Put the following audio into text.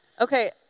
Okay